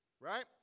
right